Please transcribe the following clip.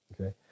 okay